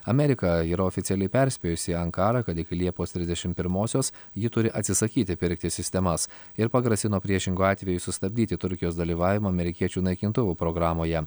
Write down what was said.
amerika yra oficialiai perspėjusi ankarą kad iki liepos trisdešim pirmosios ji turi atsisakyti pirkti sistemas ir pagrasino priešingu atveju sustabdyti turkijos dalyvavimą amerikiečių naikintuvų programoje